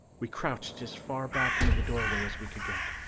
we crouched as far back into the doorway as we could get.